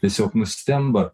tiesiog nustemba